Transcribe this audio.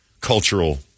cultural